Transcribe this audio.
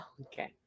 Okay